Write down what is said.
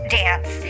dance